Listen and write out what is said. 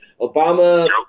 Obama